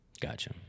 Gotcha